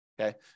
okay